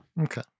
okay